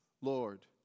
Lord